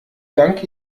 dank